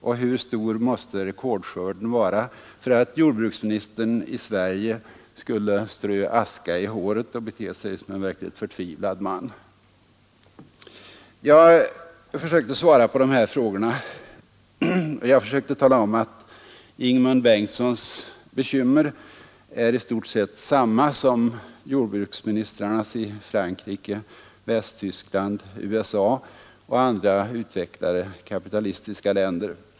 Och hur stor måste rekordskörden vara för att jordbruksministern i Sverige skulle strö aska i håret och bete sig som en förtvivlad man? Jag försökte svara på dessa frågor, och jag försökte tala om att Ingemund Bengtssons bekymmer i stort sett är desamma som jordbruksministrarna har i Frankrike, Västtyskland, USA och andra utvecklade kapitalistiska länder.